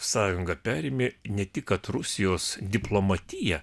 sąjunga perėmė ne tik kad rusijos diplomatiją